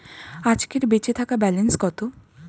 আজকের বেচে থাকা ব্যালেন্স কত?